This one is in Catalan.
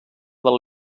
del